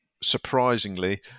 surprisingly